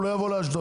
לא יבוא לאשדוד.